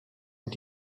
und